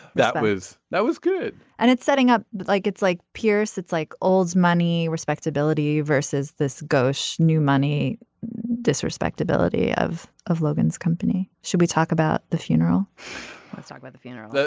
that was that was good and it's setting up but like it's like pierce it's like old money respectability versus this gauche new money this respectability of of logan's company should we talk about the funeral let's talk about the funeral.